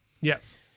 Yes